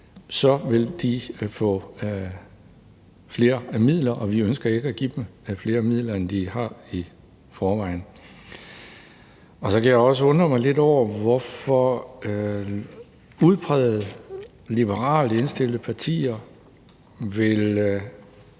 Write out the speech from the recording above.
så vil få flere midler, og vi ønsker ikke at give dem flere midler, end de har i forvejen. Jeg kan så også undre mig lidt over, hvorfor udpræget liberalt indstillede partier vil